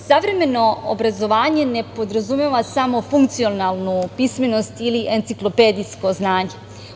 Savremeno obrazovanje ne podrazumeva samo funkcionalnu pismenost ili enciklopedijsko znanje.